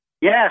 Yes